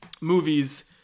movies